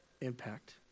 impact